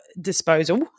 disposal